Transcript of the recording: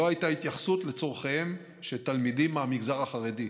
לא הייתה התייחסות לצורכיהם של תלמידים מהמגזר החרדי.